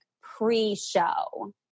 pre-show